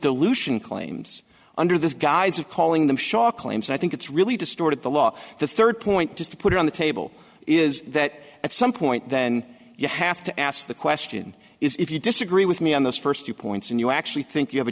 dilution claims under this guise of calling them shock claims i think it's really distorted the law the third point just to put it on the table is that at some point then you have to ask the question is if you disagree with me on those first two points and you actually think you have a